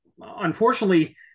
unfortunately